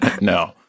No